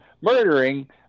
murdering